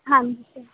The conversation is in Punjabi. ਹਾਂਜੀ ਸਰ